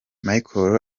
michel